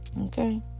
Okay